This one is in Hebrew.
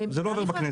זה לא עובר בכנסת.